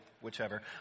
whichever